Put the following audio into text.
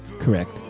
correct